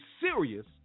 serious